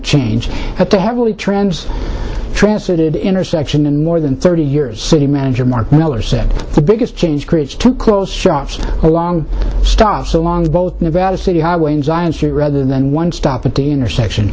change at the heavily trends transmitted intersection in more than thirty years city manager mark miller said the biggest change creates two those shops along stops along both nevada city highway and zion street rather than one stop at the intersection